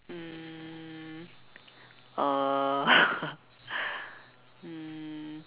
um uh um